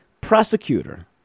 prosecutor